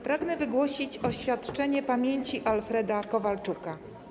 Pragnę wygłosić oświadczenie ku pamięci Alfreda Kowalczuka.